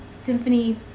Symphony